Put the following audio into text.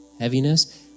heaviness